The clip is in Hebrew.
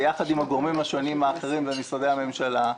ביחד עם הגורמים השונים האחרים במשרדי הממשלה.